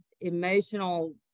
emotional